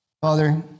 Father